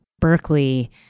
Berkeley